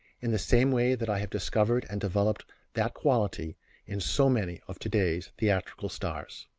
in the same way that i have discovered and developed that quality in so many of today's theatrical stars.